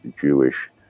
Jewish